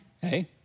Hey